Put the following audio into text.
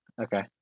Okay